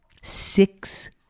six